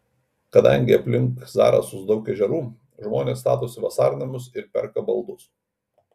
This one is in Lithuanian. kadangi aplink zarasus daug ežerų žmonės statosi vasarnamius ir perka baldus